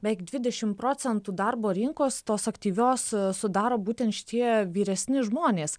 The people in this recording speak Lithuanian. beveik dvidešim procentų darbo rinkos tos aktyvios sudaro būtent šitie vyresni žmonės